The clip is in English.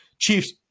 Chiefs